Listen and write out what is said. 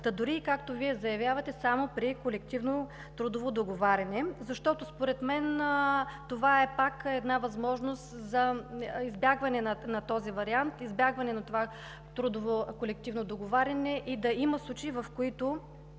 та дори, както и Вие заявявате, „само при колективно трудово договаряне“. Защото според мен това пак е една възможност за избягване на този вариант, избягване на това колективно трудово договаряне и да има случаи, в които,